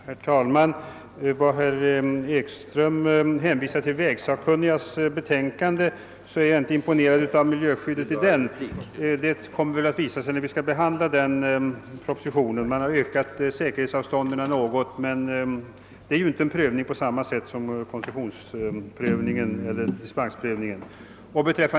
Herr talman! Herr Ekström hänvisade till vägsakkunnigas betänkande, men jag är inte imponerad av vad som där står om miljöskyddet. Den saken får vi väl ta upp när propositionen skall behandlas. Man har föreslagit något ökade säkerhetsavstånd, men det är inte fråga om en prövning på samma sätt som koncessionsprövningen eller dispensprövningen.